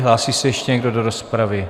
Hlásí se ještě někdo do rozpravy?